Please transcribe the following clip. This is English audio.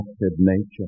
nature